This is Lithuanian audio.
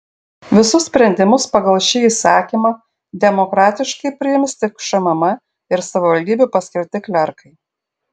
visus sprendimus pagal šį įsakymą demokratiškai priims tik šmm ir savivaldybių paskirti klerkai